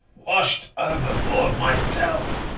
washed overboard myself.